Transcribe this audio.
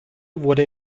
wurde